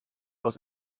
aus